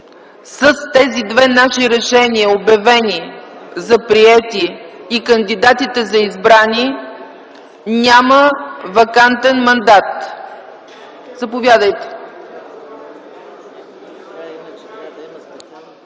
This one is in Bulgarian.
с тези две наши решения обявени за приети и кандидатите за избрани, няма вакантен мандат. Заповядайте